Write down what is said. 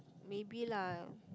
maybe lah